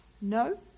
No